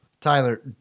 Tyler